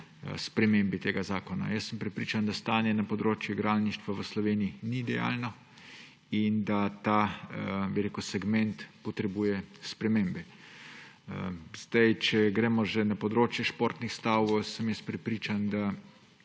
spremembi tega zakona. Prepričan sem, da stanje na področju igralništva v Sloveniji ni idealno in da ta segment potrebuje spremembe. Če gremo na področje športnih stav, sem jaz prepričan, da